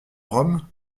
rome